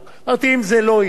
לא תהיה הצעת חוק.